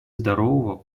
здорового